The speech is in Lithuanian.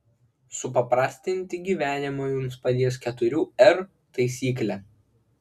supaprastinti gyvenimą jums padės keturių r taisyklė